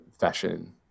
fashion